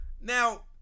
Now